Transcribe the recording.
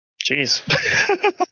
Jeez